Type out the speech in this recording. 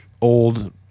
old